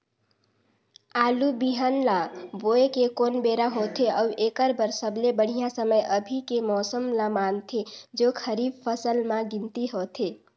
आलू बिहान ल बोये के कोन बेरा होथे अउ एकर बर सबले बढ़िया समय अभी के मौसम ल मानथें जो खरीफ फसल म गिनती होथै?